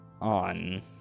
on